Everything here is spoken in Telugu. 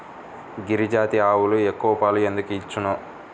గిరిజాతి ఆవులు ఎక్కువ పాలు ఎందుకు ఇచ్చును?